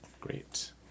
Great